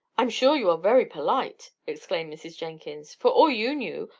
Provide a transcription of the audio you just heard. i'm sure you are very polite! exclaimed mrs. jenkins. for all you knew,